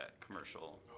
commercial